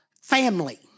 family